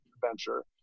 venture